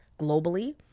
globally